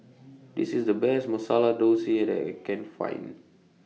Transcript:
This IS The Best Masala Dosa that I Can Find